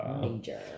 major